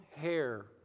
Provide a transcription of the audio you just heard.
hair